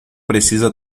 precisa